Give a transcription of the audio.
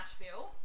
Nashville